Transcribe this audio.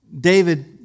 David